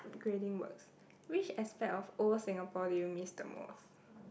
grading words which aspect of old Singapore do you miss the most